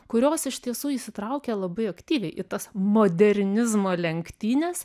kurios iš tiesų įsitraukė labai aktyviai į tas modernizmo lenktynes